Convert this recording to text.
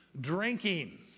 Drinking